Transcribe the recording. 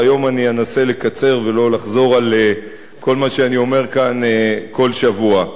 והיום אני אנסה לקצר ולא לחזור על כל מה שאני אומר כאן כל שבוע.